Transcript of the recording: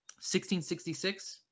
1666